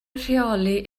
rheoli